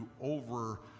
over